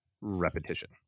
repetition